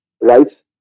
right